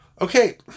Okay